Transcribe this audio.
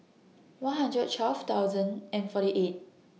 one hundred twelve thousand and forty eight